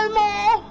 more